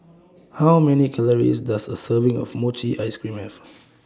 How Many Calories Does A Serving of Mochi Ice Cream Have